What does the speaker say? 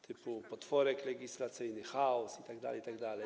typu: potworek legislacyjny, chaos itd.